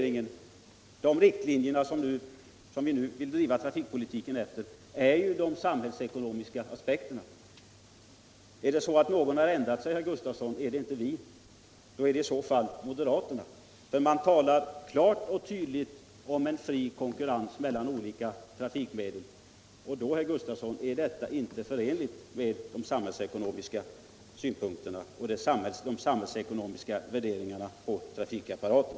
I de riktlinjer som vi socialdemokrater nu vill driva trafikpolitiken efter ligger de samhällsekonomiska aspekterna. Är det någon som ändrat sig, herr Gustafson, är det inte vi. Det är moderaterna och sedan folkpartiet och centern som klart och tydligt talar om fri konkurrens mellan olika trafikmedel. Detta är, herr Gustafson. inte förenligt med de samhällsekonomiska värderingarna på trafikpolitiken. Trafikpolitiken Trafikpolitiken